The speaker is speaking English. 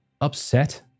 upset